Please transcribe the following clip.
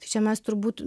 tačiau mes turbūt